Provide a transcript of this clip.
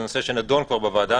זה נושא שנדון כבר בוועדה,